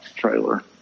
trailer